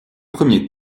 premier